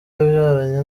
yabyaranye